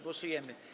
Głosujemy.